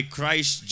Christ